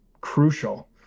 crucial